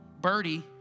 Birdie